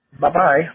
Bye-bye